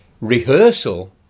rehearsal